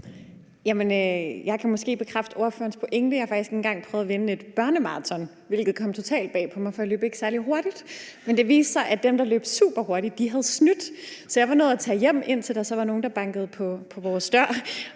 Jeg kan måske bekræfte ordførerens pointe. Jeg har faktisk engang prøvet at vinde et børnemaraton, hvilket kom totalt bag på mig, for jeg løb ikke særlig hurtig. Det viste sig, at dem, der løb superhurtigt, havde snydt. Så jeg var nået at tage hjem, og så var der nogen, der bankede på vores dør